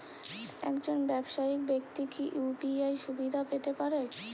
একজন ব্যাবসায়িক ব্যাক্তি কি ইউ.পি.আই সুবিধা পেতে পারে?